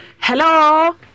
Hello